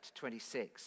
26